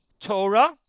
Torah